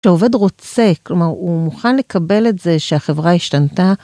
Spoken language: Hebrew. כשעובד רוצה, כלומר הוא מוכן לקבל את זה שהחברה השתנתה